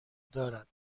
دارد